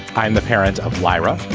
i'm the parent of lyra,